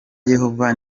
yehova